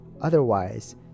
Otherwise